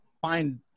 find